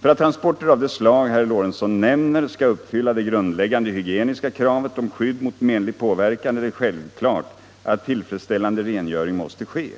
För att transporter av det slag herr Lorentzon nämner skall uppfylla det grundläggande hygieniska kravet om skydd mot menlig påverkan 125 är det självklart att tillfredsställande rengöring måste ske.